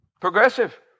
Progressive